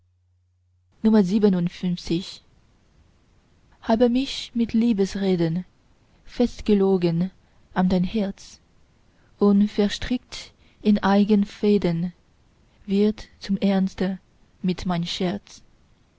habe mich mit liebesreden festgelogen an dein herz und verstrickt in eignen fäden wird zum ernste mir mein scherz